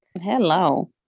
hello